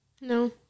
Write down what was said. No